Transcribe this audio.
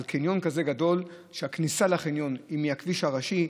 על קניון כזה גדול שהכניסה לחניון היא מהכביש הראשי.